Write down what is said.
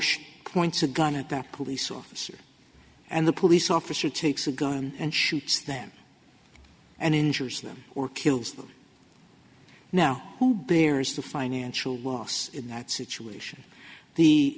she points a gun at that police officer and the police officer takes a gun and shoots them and injures them or kills them now who bears the financial loss in that situation the